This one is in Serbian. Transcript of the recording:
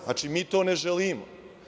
Znači, mi to ne želimo.